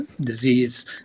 disease